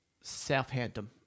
Southampton